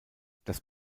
das